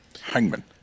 Hangman